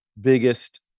biggest